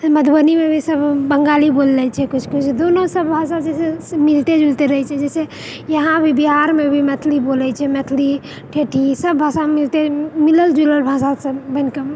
मधुबनीमे भी सब बंगाली बोलि लए छै किछु किछु दुनू जे भाषा जे छै मिलते जुलते रहए छै यहाँ भी बिहारमे भी मैथिली बोलय छै मैथिली ठेठी मिलल जुलल भाषासँ मिलि कए